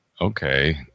okay